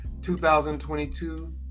2022